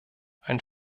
ein